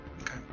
Okay